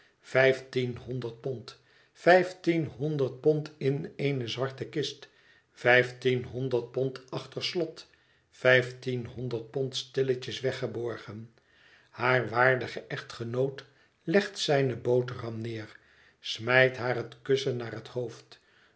vijftienhonderd pond vijftienhonderd pond in eene zwarte kist vijftienhonderd pond achter slot vyftienhonderd pond stilletjes weggeborgen haar waardige echtgenoot legt zijne boterham neer smijt haar het kussen naar het hoofd